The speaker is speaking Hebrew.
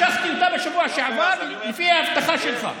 משכתי אותה בשבוע שעבר, לפי ההבטחה שלך.